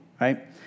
right